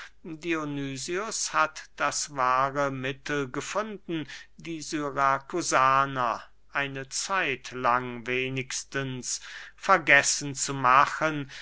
hat das wahre mittel gefunden die syrakusaner eine zeitlang wenigstens vergessen zu machen